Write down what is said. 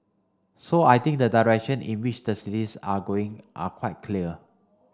so I think the direction in which the cities are going are quite clear